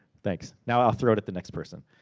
thanks. now, i'll throw it at the next person.